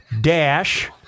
dash